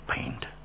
paint